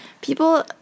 people